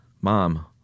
Mom